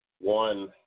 One